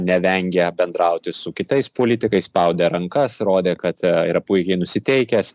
nevengia bendrauti su kitais politikais spaudė rankas rodė kad yra puikiai nusiteikęs